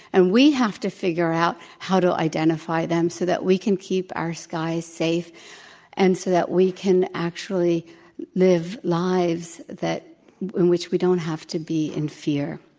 and we have to figure out how to identify them so that we can keep our skies safe and so that we can actually live lives that in which we don't have to be in fear.